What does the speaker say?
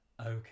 Okay